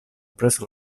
preso